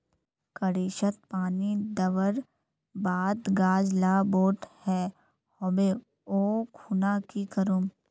सरिसत पानी दवर बात गाज ला बोट है होबे ओ खुना की करूम?